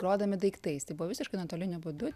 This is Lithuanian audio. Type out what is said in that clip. grodami daiktais tai buvo visiškai nuotoliniu būdu